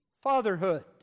fatherhood